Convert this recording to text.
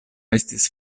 estis